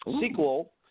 sequel